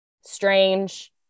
strange